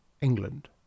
England